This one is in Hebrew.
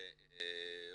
רוסית,